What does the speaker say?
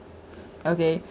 okay